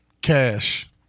cash